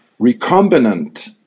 recombinant